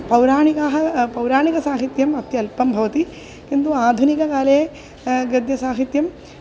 पौराणिकाः पौराणिकसाहित्यम् अत्यल्पं भवति किन्तु आधुनिककाले गद्यसाहित्यम्